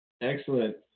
Excellent